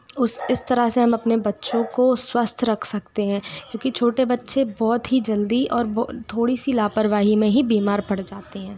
उस इस तरह से हम अपने बच्चों को स्वस्थ रख सकते हैं क्योंकि छोटे बच्चे बहुत ही जल्दी और वो थोड़ी सी लापरवाही में ही बीमार पड़ जाते हैं